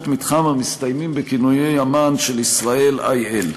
מתחם המסתיימים בכינוי המען של ישראל il.